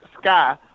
sky